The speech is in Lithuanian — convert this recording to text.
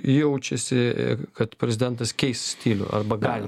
jaučiasi kad prezidentas keis stilių arba gali